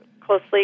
closely